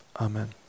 amen